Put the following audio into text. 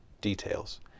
details